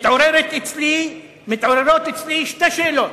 מתעוררות אצלי שתי שאלות.